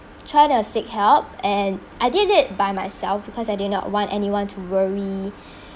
try to seek help and I did it by myself because I did not want anyone to worry